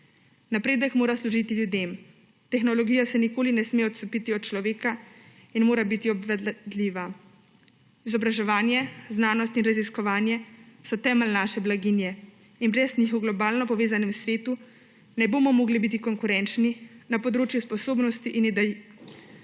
Napredek mora služiti ljudem. Tehnologija se nikoli ne sme odcepiti od človeka in mora biti obvladljiva. Izobraževanje, znanost in raziskovanje so temelj naše blaginje in brez njih v globalno povezanem svetu ne bomo mogli biti konkurenčni na področju sposobnosti in idej.